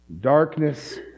Darkness